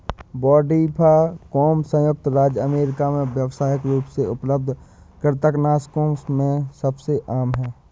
brodifacoum संयुक्त राज्य America में व्यावसायिक रूप से उपलब्ध कृंतकनाशकों में सबसे आम है